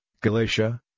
Galatia